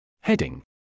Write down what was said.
Heading